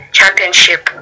Championship